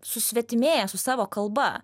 susvetimėja su savo kalba